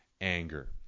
anger